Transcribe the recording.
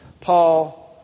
Paul